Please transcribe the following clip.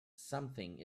something